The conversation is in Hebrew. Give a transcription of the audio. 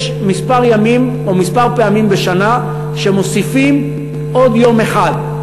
יש כמה ימים או כמה פעמים בשנה שמוסיפים עוד יום אחד.